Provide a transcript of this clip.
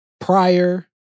Prior